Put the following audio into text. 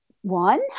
one